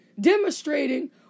demonstrating